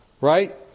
Right